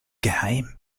geheim